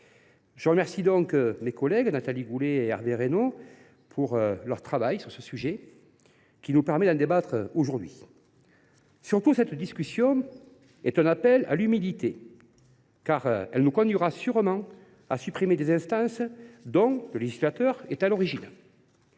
Je remercie mes collègues Nathalie Goulet et Hervé Reynaud de leur travail. Leur investissement nous permet de débattre de ce sujet aujourd’hui. Surtout, cette discussion est un appel à l’humilité, car elle nous conduira sûrement à supprimer des instances dont le législateur est à l’origine.